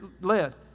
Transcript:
led